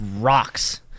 rocks